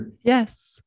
Yes